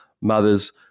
mother's